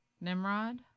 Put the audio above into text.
Nimrod